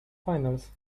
finals